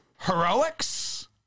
heroics